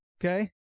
Okay